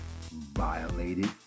violated